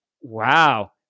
Wow